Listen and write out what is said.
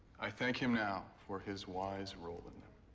i thank him now for his wise role. and